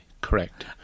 Correct